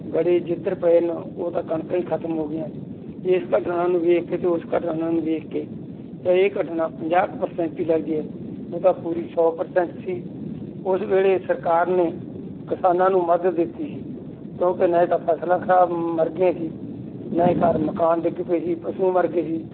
ਗੜੇ ਜਿੱਧਰ ਪਏ ਨੇ ਉਹ ਤਾਂ ਕਣਕਾਂ ਹੀ ਖਤਮ ਹੋ ਗਈਆਂ ਇਸ ਘਟਨਾ ਨੂੰ ਵੇਖ ਕੇ ਅਤੇ ਉਸ ਘਟਨਾ ਨੂੰ ਵੇਖ ਕੇ ਤਾਂ ਇਹ ਘਟਨਾ ਪੰਜਾਹ ਕੁ ਪ੍ਰਸੈਂਟ ਹੀ ਲੱਗਦੀ ਹੈ ਉਹ ਤਾਂ ਪੂਰੀ ਸੌ ਪ੍ਰਸੈਂਟ ਸੀ ਉਸ ਵੇਲੇ ਸਰਕਾਰ ਨੇ ਕਿਸਾਨਾਂ ਨੂੰ ਮਦਦ ਦਿੱਤੀ ਸੀ ਕਿਉਂਕਿ ਨਾ ਹੀ ਤਾਂ ਫਸਲਾਂ ਖਰਾਬ ਮਰ ਗਈਆਂ ਸੀ ਨਵੇਂ ਘਰ ਮਕਾਨ ਡਿੱਗ ਪਏ ਸੀ ਪਸ਼ੂ ਮਰ ਗਏ ਸੀ